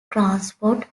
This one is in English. transport